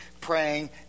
praying